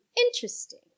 Interesting